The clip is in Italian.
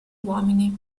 uomini